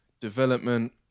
development